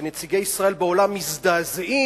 ונציגי ישראל בעולם מזדעזעים,